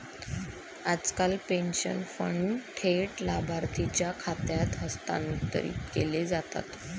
आजकाल pension fund थेट लाभार्थीच्या खात्यात हस्तांतरित केले जातात